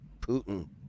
Putin